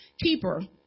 keeper